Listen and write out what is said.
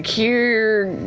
here,